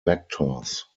vectors